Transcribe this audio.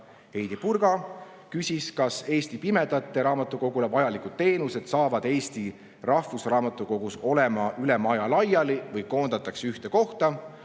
Heidy Purga küsis, kas Eesti Pimedate Raamatukogule vajalikud teenused saavad Eesti Rahvusraamatukogus olema üle maja laiali või koondatakse ühte kohta.